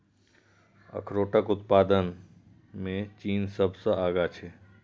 अखरोटक उत्पादन मे चीन सबसं आगां छै